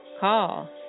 Call